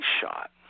shot